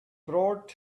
brought